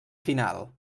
final